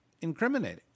incriminating